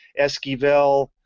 Esquivel